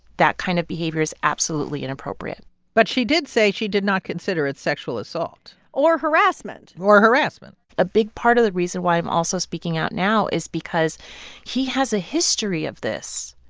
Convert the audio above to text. that kind of behavior is absolutely inappropriate but she did say she did not consider it sexual assault or harassment or harassment a big part of the reason why i'm also speaking out now is because he has a history of this.